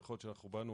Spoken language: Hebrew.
יכול להיות שאנחנו באנו